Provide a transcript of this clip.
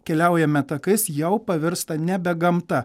keliaujame takais jau pavirsta nebe gamta